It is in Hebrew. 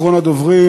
אחרון הדוברים,